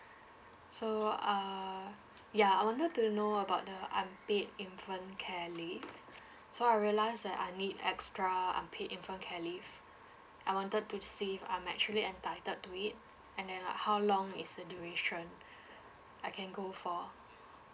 so err ya I wanted to know about the unpaid infant care leave so I realise that I'll need extra unpaid infant care leave I wanted to just see if I'm actually entitled to it and then like how long is the duration I can go for